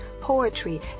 poetry